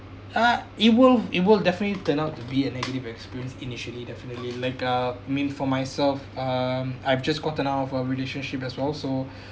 uh it will it will definitely turn out to be a negative experience initially definitely like uh I mean for myself um I've just gotten out of a relationship as well so